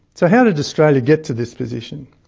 so how did australia get to this position?